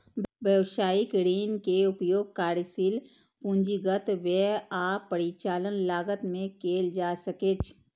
व्यवसायिक ऋण के उपयोग कार्यशील पूंजीगत व्यय आ परिचालन लागत मे कैल जा सकैछ